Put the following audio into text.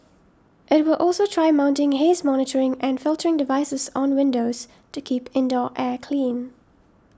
it will also try mounting haze monitoring and filtering devices on windows to keep indoor air clean